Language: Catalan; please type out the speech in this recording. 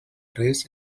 res